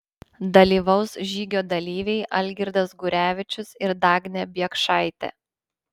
dalyvaus žygio dalyviai algirdas gurevičius ir dagnė biekšaitė